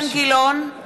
(חברת הכנסת מיכל רוזין יוצאת מאולם המליאה.)